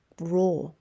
raw